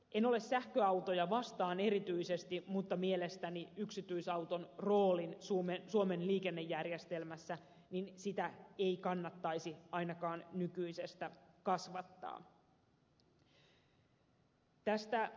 en ole sähköautoja vastaan erityisesti mutta mielestäni yksityisauton roolia suomen liikennejärjestelmässä ei kannattaisi ainakaan nykyisestä kasvattaa